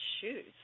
shoes